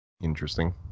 interesting